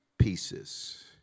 pieces